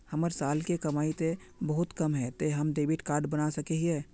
हमर साल के कमाई ते बहुत कम है ते हम डेबिट कार्ड बना सके हिये?